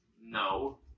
No